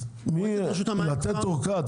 לתת אורכה,